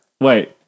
Wait